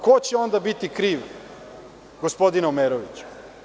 Ko će onda biti kriv, gospodine Omeroviću?